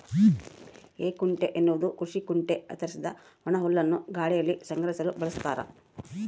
ಹೇಕುಂಟೆ ಎನ್ನುವುದು ಕೃಷಿ ಕುಂಟೆ ಕತ್ತರಿಸಿದ ಒಣಹುಲ್ಲನ್ನು ಗಾಳಿಯಲ್ಲಿ ಸಂಗ್ರಹಿಸಲು ಬಳಸ್ತಾರ